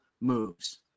moves